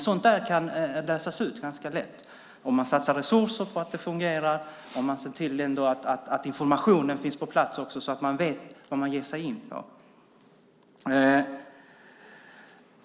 Sådant kan dock ganska lätt lösas om man satsar resurser på att det ska fungera och ser till att informationen finns på plats så att man vet vad man ger sig in på.